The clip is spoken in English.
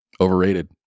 overrated